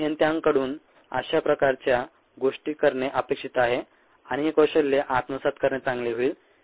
अभियंत्यांकडून अशा प्रकारच्या गोष्टी करणे अपेक्षित आहे आणि ही कौशल्ये आत्मसात करणे चांगले होईल